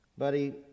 Buddy